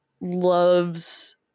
loves